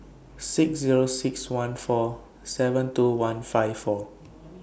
six Zero six one four seven two one five four